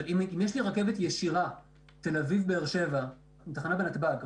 אבל אם יש לי רכבת ישירה תל אביב-באר שבע ותחנה בנתב"ג,